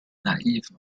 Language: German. naiven